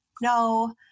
no